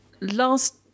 Last